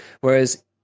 whereas